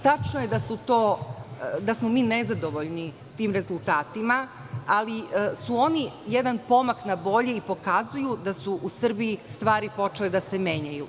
Tačno je da smo nezadovoljni tim rezultatima, ali oni su jedan pomak na bolje i pokazuju da su u Srbiji počele stvari da se menjaju.